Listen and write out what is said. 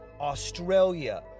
Australia